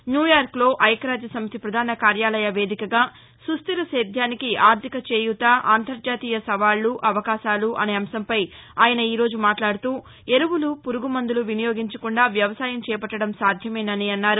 న్యూయార్క్లో ఐక్యరాజ్య సమితి ప్రధాన కార్యాలయ వేదికగా సుస్దిర సేద్యానికి ఆర్దిక చేయూత అంతర్జాతీయ సవాళ్ళు అవకాశాలు అనే అంశంపై ఆయన ఈరోజు మాట్లాడుతూ ఎరువులు పురుగుమందులు వినియోగించకుండా వ్యవసాయం చేపట్లడం సాధ్యమేనని అన్నారు